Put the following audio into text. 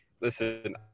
Listen